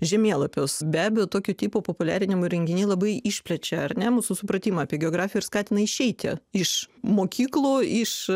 žemėlapius be abejo tokio tipo populiarinimo renginiai labai išplečia ar ne mūsų supratimą apie geografiją ir skatina išeiti iš mokyklų iš